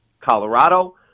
Colorado